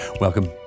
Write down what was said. Welcome